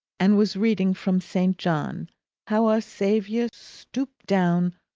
and was reading from st. john how our saviour stooped down,